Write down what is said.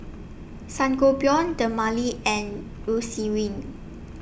Sangobion Dermale and Eucerin